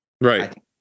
Right